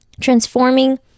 transforming